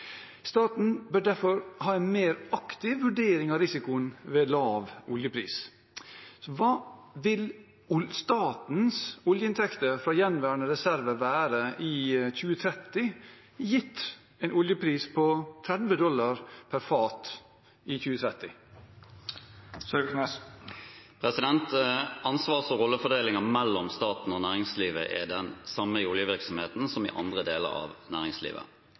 Staten bør derfor ha en mer aktiv vurdering av risikoene ved lav oljepris. Hva vil statens oljeinntekter fra gjenværende reserver være i 2030 gitt en oljepris på 30 dollar per fat i 2030?» Ansvars- og rollefordelingen mellom staten og næringslivet er den samme i oljevirksomheten som i andre deler av næringslivet.